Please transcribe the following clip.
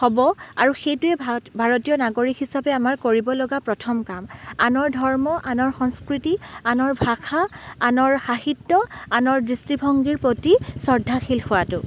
হ'ব আৰু সেইটোৱেই ভাৰত ভাৰতীয় নাগৰিক হিচাপে আমাৰ কৰিবলগা প্ৰথম কাম আনৰ ধৰ্ম আনৰ সংস্কৃতি আনৰ ভাষা আনৰ সাহিত্য আনৰ দৃষ্টিভংগীৰ প্ৰতি শ্ৰদ্ধাশীল হোৱাতো